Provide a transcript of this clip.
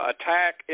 attack